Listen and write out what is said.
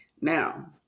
Now